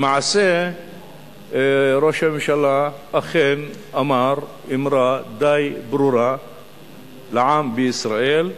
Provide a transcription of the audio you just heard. למעשה ראש הממשלה אכן אמר אמירה די ברורה לעם בישראל,